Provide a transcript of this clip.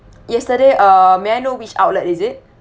yesterday uh may I know which outlet is it